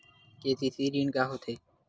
KCC ऋण का होथे?